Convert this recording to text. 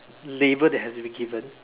label that has been given